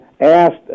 asked